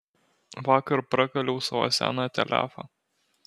vakar prakaliau savo seną telefą